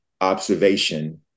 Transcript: observation